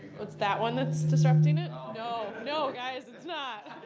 it's that one that's disrupting it? no, no, guys it's not.